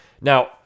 Now